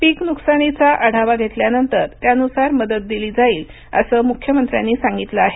पीक नुकसानीचा आढावा घेतल्यानंतर त्यानुसार मदत दिली जाईल असं मुख्यमंत्र्यांनी सांगितलं आहे